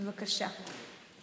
בבקשה.